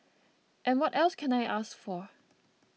and what else can I ask for